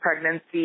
pregnancy